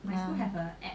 well